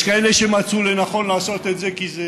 יש כאלה שמצאו לנכון לעשות את זה כי זה